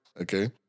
okay